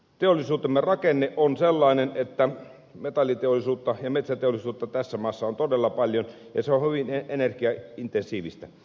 teollisuutemme rakenne on sellainen että metalliteollisuutta ja metsäteollisuutta tässä maassa on todella paljon ja se on hyvin energiaintensiivistä